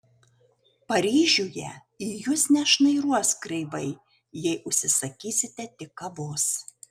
paryžiuje į jus nešnairuos kreivai jei užsisakysite tik kavos